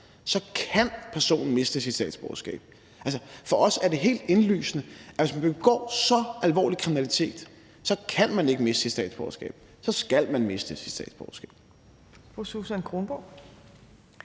så »kan« personen miste sit statsborgerskab. Altså, for os er det helt indlysende, at hvis man begår så alvorlig kriminalitet, så »kan« man ikke miste sit statsborgerskab, så skal man miste sit statsborgerskab.